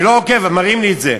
אני לא עוקב, אבל מראים לי את זה.